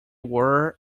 were